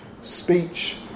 speech